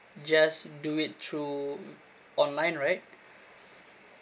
just do it through online right